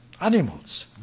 animals